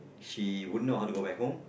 she wouldn't know how to go back home